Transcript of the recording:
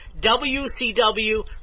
WCW